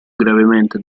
gravemente